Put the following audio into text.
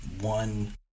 one